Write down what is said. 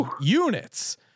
units